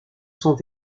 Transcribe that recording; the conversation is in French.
sont